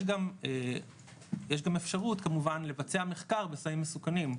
גם אפשרות כמובן לבצע מחקר בסמים מסוכנים,